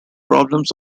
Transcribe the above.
problems